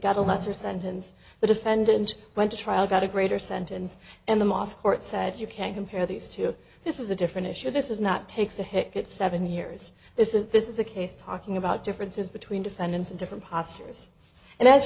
got a lesser sent since the defendant went to trial got a greater sentence and the mos court said you can't compare these two this is a different issue this is not takes a hit get seven years this is this is a case talking about differences between defendants and different postures and as